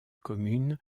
commune